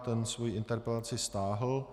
Ten svoji interpelaci stáhl.